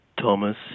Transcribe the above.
Thomas